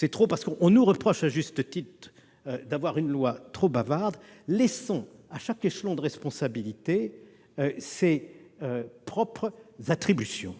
D'autant qu'on nous reproche, à juste titre, de faire des lois trop bavardes. Laissons à chaque échelon de responsabilité ses propres attributions.